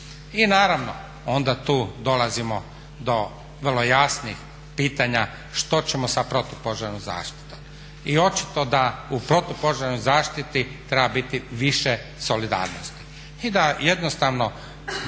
I naravno onda tu dolazimo do vrlo jasnih pitanja što ćemo sa protupožarnom zaštitom. I očito da u protupožarnoj zaštiti treba biti više solidarnosti i da država